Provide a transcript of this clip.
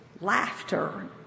laughter